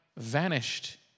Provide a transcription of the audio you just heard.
vanished